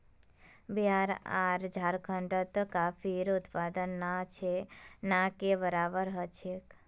बिहार आर झारखंडत कॉफीर उत्पादन ना के बराबर छेक